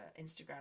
Instagram